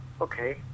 Okay